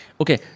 Okay